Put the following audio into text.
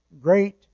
great